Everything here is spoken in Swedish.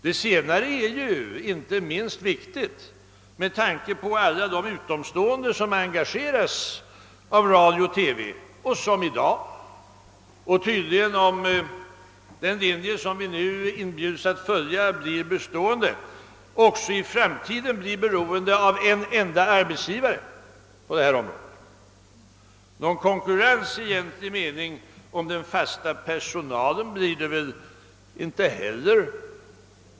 Det senare är ju inte minst viktigt med tanke på alla de utomstående som engageras av radio och TV, som tydligen, om den linje som vi nu inbjudes att följa blir bestående, också i framtiden blir beroende av en enda arbetsgivare på detta område. Någon konkurrens i egentlig mening om den fasta personalen blir det väl inte heller.